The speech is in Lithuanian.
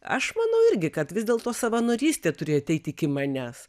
aš manau irgi kad vis dėlto savanorystė turi ateiti iki manęs